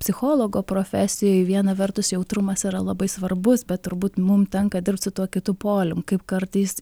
psichologo profesijoj viena vertus jautrumas yra labai svarbus bet turbūt mum tenka dirbt su tuo kitu polium kaip kartais